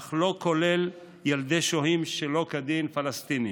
אך לא כולל ילדי שוהים שלא כדין פלסטינים,